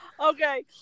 Okay